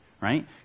right